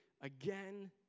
again